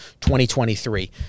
2023